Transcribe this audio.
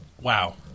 wow